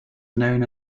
known